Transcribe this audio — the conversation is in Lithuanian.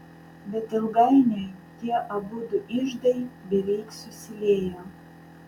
bet ilgainiui tie abudu iždai beveik susiliejo